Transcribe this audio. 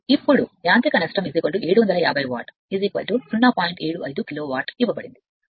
ఇప్పుడు యాంత్రిక నష్టం 70 750 వాట్ ఇవ్వబడింది యాంత్రిక నష్టం ఇవ్వబడుతుంది